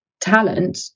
talent